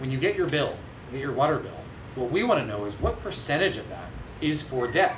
when you get your bill your water what we want to know is what percentage of that is for debt